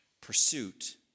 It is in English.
pursuit